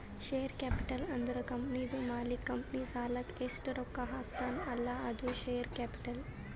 share capital ಅಂದುರ್ ಕಂಪನಿದು ಮಾಲೀಕ್ ಕಂಪನಿ ಸಲಾಕ್ ಎಸ್ಟ್ ರೊಕ್ಕಾ ಹಾಕ್ತಾನ್ ಅಲ್ಲಾ ಅದು ಶೇರ್ ಕ್ಯಾಪಿಟಲ್